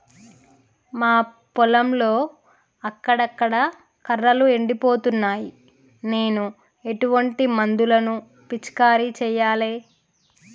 మా పొలంలో అక్కడక్కడ కర్రలు ఎండిపోతున్నాయి నేను ఎటువంటి మందులను పిచికారీ చెయ్యాలే?